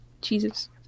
jesus